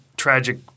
tragic